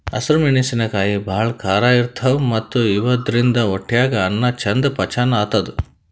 ಹಸ್ರ್ ಮೆಣಸಿನಕಾಯಿ ಭಾಳ್ ಖಾರ ಇರ್ತವ್ ಮತ್ತ್ ಇವಾದ್ರಿನ್ದ ಹೊಟ್ಯಾಗ್ ಅನ್ನಾ ಚಂದ್ ಪಚನ್ ಆತದ್